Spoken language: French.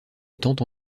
étant